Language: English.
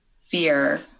fear